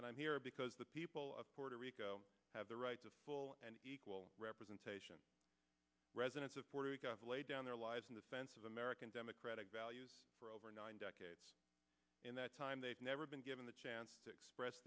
and i'm here because the people of puerto rico have the right to full and equal representation residents of lay down their lives in the sense of american democratic values for over nine decades in that time they have never been given the chance to express